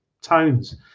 tones